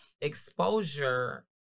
exposure